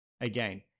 again